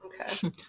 Okay